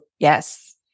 Yes